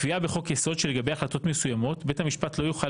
הקביעה בחוק יסוד שלגביה החלטות מסוימות בית המשפט לא יוכל